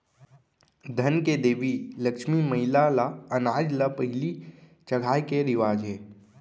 धन के देवी लक्छमी मईला ल अनाज ल पहिली चघाए के रिवाज हे